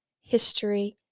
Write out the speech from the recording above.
history